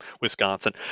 Wisconsin